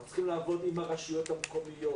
אנחנו צריכים לעבוד עם הרשויות המקומיות